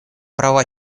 права